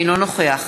אינו נוכח